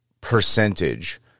percentage